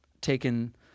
taken